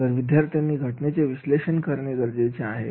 तर विद्यार्थ्यांनी घटनेचे विश्लेषण करणे गरजेचे आहे